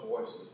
voices